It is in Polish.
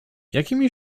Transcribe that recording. jakimi